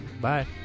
Bye